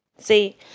See